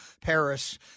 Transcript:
Paris